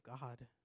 God